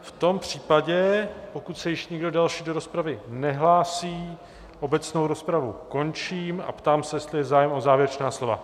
V tom případě pokud se již nikdo další do rozpravy nehlásí, obecnou rozpravu končím a ptám se, jestli je zájem o závěrečná slova.